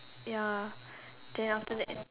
ya then after that